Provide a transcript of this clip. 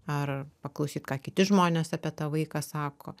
ar paklausyt ką kiti žmonės apie tą vaiką sako